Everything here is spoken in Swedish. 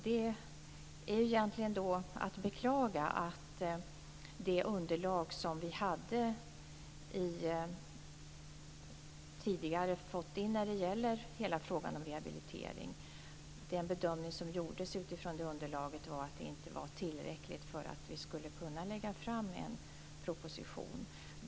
Det är egentligen att beklaga att det underlag som vi tidigare hade fått in när det gäller hela frågan om rehabilitering enligt vår bedömning inte var tillräckligt för att vi skulle kunna lägga fram en proposition.